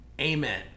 Amen